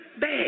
Bad